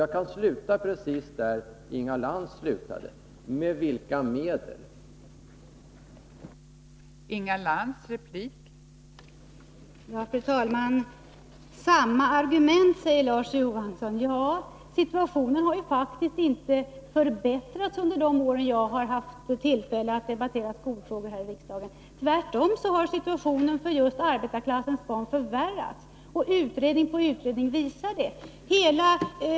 Jag kan sluta precis där Inga Lantz slutade: Med vilka medel skall det ske?